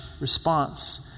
response